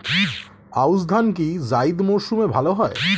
আউশ ধান কি জায়িদ মরসুমে ভালো হয়?